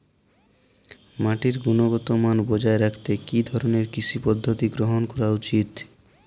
মাটির গুনগতমান বজায় রাখতে কি ধরনের কৃষি পদ্ধতি গ্রহন করা উচিৎ?